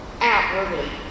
outwardly